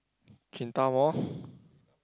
Mall